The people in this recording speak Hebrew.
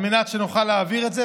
על מנת שנוכל להעביר את זה.